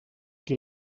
qui